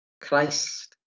Christ